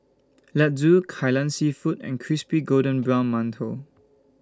Laddu Kai Lan Seafood and Crispy Golden Brown mantou